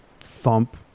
thump